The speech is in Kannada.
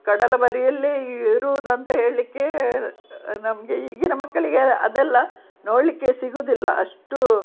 ಕಡಲ ಬರಿಯಲ್ಲೇ ಇರುವುದಂತ ಹೇಳಲಿಕ್ಕೆ ನಮಗೆ ಈಗಿನ ಮಕ್ಕಳಿಗೆ ಅದೆಲ್ಲ ನೋಡಲಿಕ್ಕೆ ಸಿಗುದಿಲ್ಲ ಅಷ್ಟು